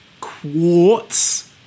Quartz